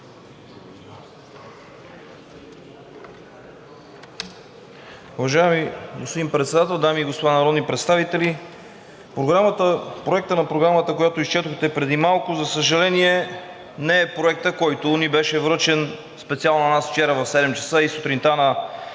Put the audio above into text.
Уважаеми господин Председател, дами и господа народни представители! Проектът на програмата, който изчетохте преди малко, за съжаление, не е проектът, който ни беше връчен специално на нас вчера в седем часа и сутринта на